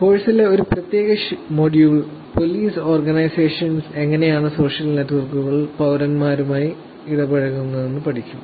കോഴ്സിലെ ഒരു പ്രത്യേക മൊഡ്യൂൾ പോലീസ് ഓർഗനൈസേഷൻ എങ്ങനെയാണ് സോഷ്യൽ നെറ്റ്വർക്കുകൾ പൌരന്മാരുമായി ഇടപഴകുന്നതെന്ന് പഠിക്കും